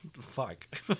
fuck